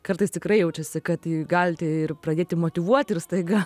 kartais tikrai jaučiasi kad galite ir pradėti motyvuoti ir staiga